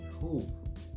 hope